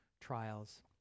trials